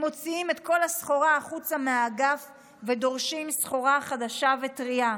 הם מוציאים את כל הסחורה החוצה מהאגף ודורשים סחורה חדשה וטרייה.